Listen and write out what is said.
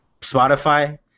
Spotify